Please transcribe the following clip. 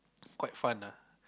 quite fun ah